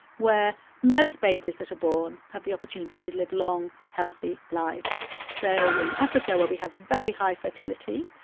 where most babies that are born have the opportunity to live long, healthy lives so in africa, where we have very high fertility,